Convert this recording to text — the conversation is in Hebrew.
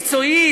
מקצועית,